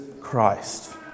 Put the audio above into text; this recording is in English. Christ